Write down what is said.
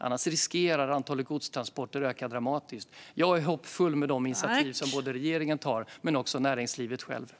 Annars riskerar antalet godstransporter att öka dramatiskt. Jag är hoppfull med de insatser som både regeringen och näringslivet självt tar.